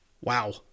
Wow